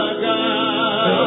God